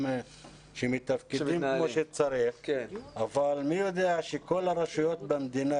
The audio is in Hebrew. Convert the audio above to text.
והן מתפקדות כמו שצריך אבל מי יודע אם כל הרשויות במדינה,